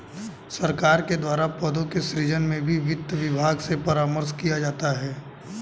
सरकार के द्वारा पदों के सृजन में भी वित्त विभाग से परामर्श किया जाता है